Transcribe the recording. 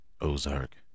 Ozark